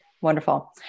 wonderful